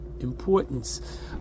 importance